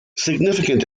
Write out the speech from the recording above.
significant